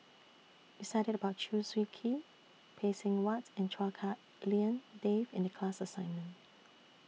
We studied about Chew Swee Kee Phay Seng Whatt and Chua Hak Lien Dave in The class assignment